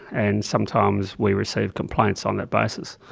and sometimes we receive complaints on that basis.